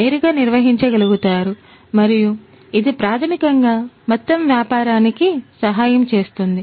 నేరుగా నిర్వహించగలుగుతారు మరియు ఇది ప్రాథమికంగా మొత్తం వ్యాపారానికి సహాయం చేస్తుంది